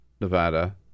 Nevada